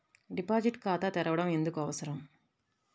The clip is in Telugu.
డిపాజిట్ ఖాతా తెరవడం ఎందుకు అవసరం?